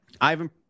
Ivan